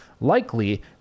likely